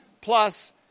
plus